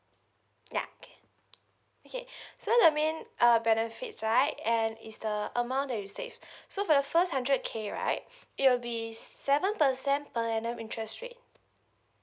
ya can okay so the main uh benefits right and is the amount that you save so for the first hundred K right it will be seven percent per annum interest rate